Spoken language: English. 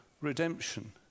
redemption